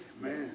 Man